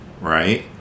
right